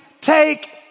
take